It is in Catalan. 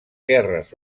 guerres